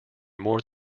more